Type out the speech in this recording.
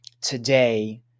today